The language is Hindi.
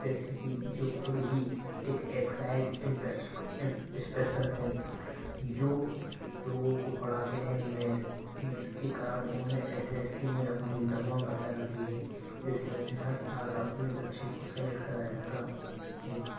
एस एस सी की जो खुद ही एक एक्साइज इंस्पे इंस्पेक्टर हैं जो लोगों को पढ़ाते हैं मैथ जिसके कारण उन्होंने एस एस सी में अपनी धमाल मचा रखी है इसी वजह से हर साल अपने बच्चों को सेलेक्ट कराया जाता है